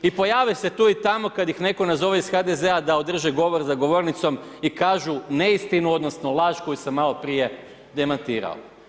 I pojave se tu i tamo kada ih netko nazove iz HDZ-a da održe govor za govornicom i kažu neistinu, odnosno laž koju sam malo prije demantirao.